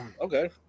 okay